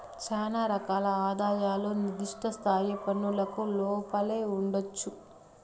శానా రకాల ఆదాయాలు నిర్దిష్ట స్థాయి పన్నులకు లోపలే ఉండొచ్చు